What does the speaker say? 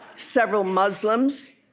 several muslims,